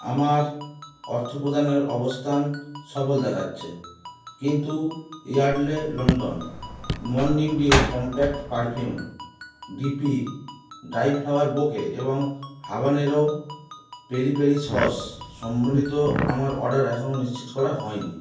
আমার অর্থপ্রদানের অবস্থান সফল দেখাচ্ছে কিন্তু ইয়ার্ডলে লন্ডন মন্নিং dew compact perfume DP dry flower bouquet এবং হাবানেরো পেরি পেরি সস সম্বলিত আমার অডার এখনও নিশ্চিত করা হয় নি